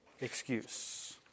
excuse